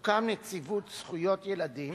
תוקם נציבות זכויות ילדים